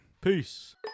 Peace